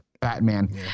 Batman